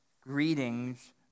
greetings